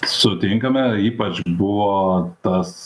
sutinkame ypač buvo tas